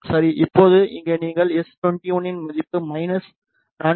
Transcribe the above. இப்போது இங்கே நீங்கள் எஸ்21 இன் மதிப்பு மைனஸ் 4